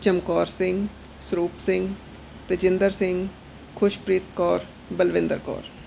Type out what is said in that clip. Chamkaur Singh Sarup Singh Tajinder Singh Khushpreet Kaur Balwinder Kaur